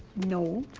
no.